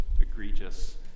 egregious